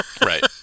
right